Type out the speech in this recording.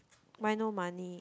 why no money